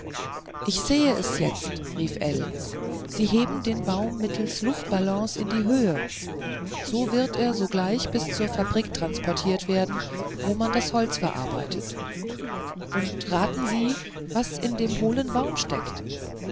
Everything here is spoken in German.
ich sehe es jetzt rief ell sie heben den baum mittels luftballons in die höhe so wird er sogleich bis zur fabrik transportiert werden wo man das holz verarbeitet und raten sie was in dem hohlen baum steckt